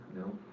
No